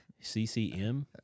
CCM